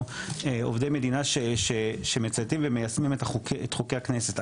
עובדי מדינה שמצייתים ומיישמים את חוקי הכנסת.